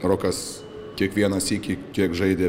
rokas kiekvieną sykį kiek žaidė